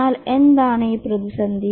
എന്നാൽ എന്താണ് ഈ പ്രതിസന്ധി